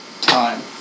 time